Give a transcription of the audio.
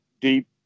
deep